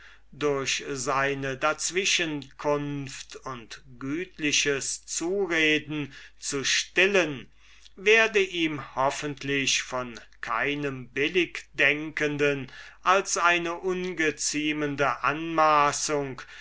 durch seine dazwischenkunft und gütliche zureden zu stillen werde ihm hoffentlich von keinem billigdenkenden als eine ungeziemende anmaßung